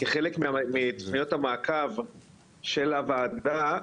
כחלק מתוכניות המעקב של הוועדה,